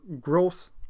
growth